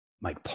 Mike